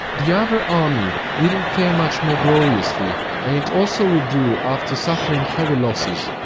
the avar army didn't fare much more gloriously and it also withdrew after suffering heavy losses,